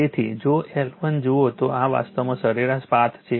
તેથી જો L1 જુઓ તો આ વાસ્તવમાં સરેરાશ પાથ છે